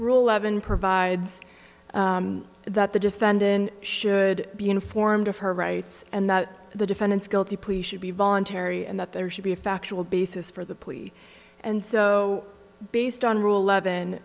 rule levon provides that the defendant should be informed of her rights and that the defendant's guilty plea should be voluntary and that there should be a factual basis for the plea and so based on rule eleven